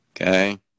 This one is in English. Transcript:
Okay